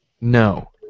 No